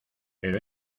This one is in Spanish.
pero